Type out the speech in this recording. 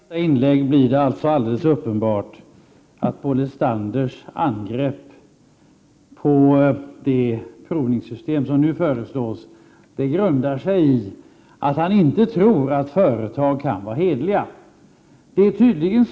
Herr talman! Av det senaste inlägget blir det alldeles uppenbart att Paul Lestanders angrepp på det provningssystem som nu föreslås har sin grund i att han tror att företag inte kan agera hederligt.